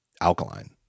alkaline